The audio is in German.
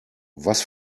was